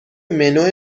منو